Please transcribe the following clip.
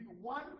one